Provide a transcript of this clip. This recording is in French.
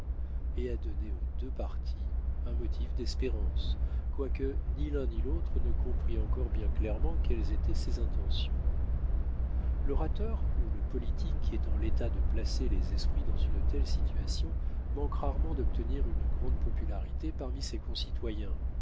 et à donner aux deux partis un motif d'espérance quoique ni l'un ni l'autre ne comprît encore bien clairement quelles étaient ses intentions l'orateur ou le politique qui est en état de placer les esprits dans une telle situation manque rarement d'obtenir une grande popularité parmi ses concitoyens